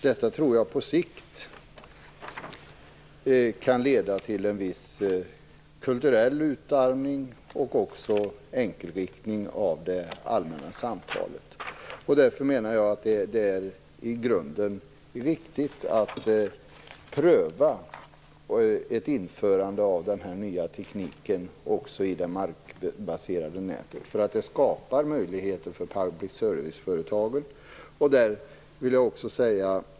Detta tror jag på sikt kan leda till en viss kulturell utarmning och till enkelriktning av det allmänna samtalet. Därför menar jag att det i grunden är viktigt att pröva ett införande av den nya tekniken också i det markbaserade nätet. Det skapar möjligheter för public service-företaget.